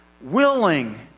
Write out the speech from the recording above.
Willing